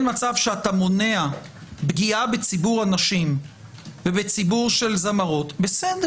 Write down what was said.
מצב שאתה מונע פגיעה בציבור הנשים ובציבור של זמרות בסדר.